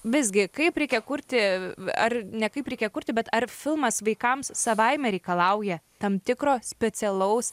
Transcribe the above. visgi kaip reikia kurti ar ne kaip reikia kurti bet ar filmas vaikams savaime reikalauja tam tikro specialaus